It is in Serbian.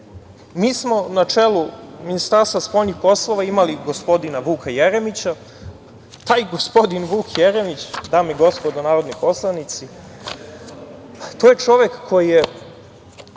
smo na čelu Ministarstva spoljnih poslova imali gospodina Vuka Jeremića. Taj gospodin Vuk Jeremić, dame i gospodo narodni poslanici, to je čovek koji je